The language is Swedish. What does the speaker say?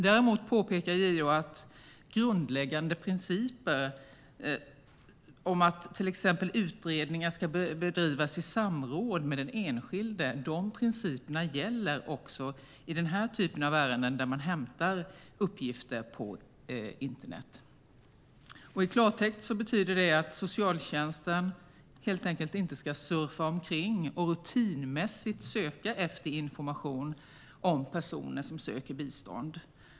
Däremot påpekar JO att den grundläggande principen att utredningar ska bedrivas i samråd med den enskilde också gäller i den här typen av ärenden där myndigheter hämtar uppgifter på internet. I klartext betyder det att socialtjänsten helt enkelt inte ska surfa omkring och rutinmässigt söka efter information om personen som söker bistånd.